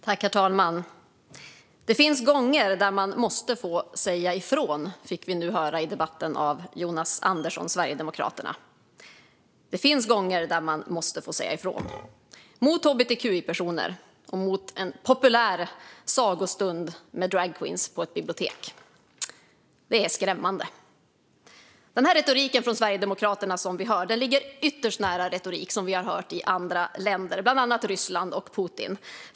Herr talman! Det finns gånger då man måste få säga ifrån, fick vi nu i debatten höra från Jonas Andersson, Sverigedemokraterna. Det finns gånger då man måste få säga ifrån - mot hbtqi-personer och mot en populär sagostund med dragqueens på ett bibliotek. Det är skrämmande. Den retorik vi hör från Sverigedemokraterna ligger ytterst nära retorik vi har hört från andra länder, bland annat från Ryssland och Putin.